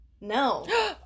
No